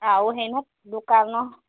আৰু সেইনো দোকানো